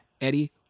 Eddie